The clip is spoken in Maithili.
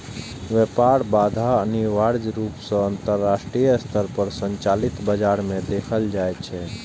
व्यापार बाधा अनिवार्य रूप सं अंतरराष्ट्रीय स्तर पर संचालित बाजार मे देखल जाइ छै